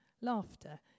laughter